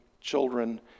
children